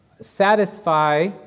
satisfy